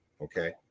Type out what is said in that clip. Okay